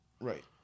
Right